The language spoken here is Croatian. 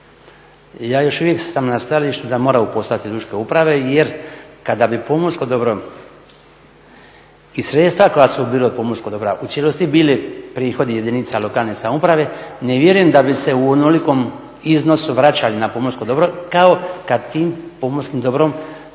Ja još uvijek sam na stajalištu da moraju postojati lučke uprave jer kada bi pomorsko dobro i sredstva koja su bila od pomorskog dobra u cijelosti bili prihodi jedinica lokalne samouprave ne vjerujem da bi se u onolikom iznosu vraćali na pomorsko dobro kao kada tim pomorskim dobrom